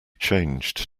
changed